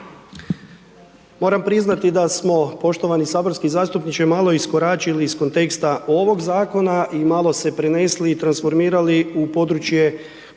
Moram priznati da smo poštovani saborski zastupniče, malo iskoračili iz konteksta ovog zakona i malo se prenesli i transformirali u područje